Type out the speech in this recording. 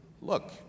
Look